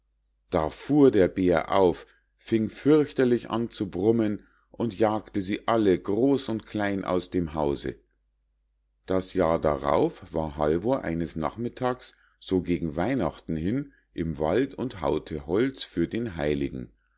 da fuhr der bär auf fing fürchterlich an zu brummen und jagte sie alle groß und klein aus dem hause das jahr darauf war halvor eines nachmittags so gegen weihnachten hin im wald und hau'te holz für den heiligen